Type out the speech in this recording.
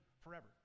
forever